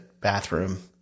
bathroom